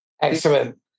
Excellent